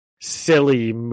silly –